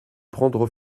prendre